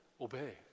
Obey